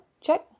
Check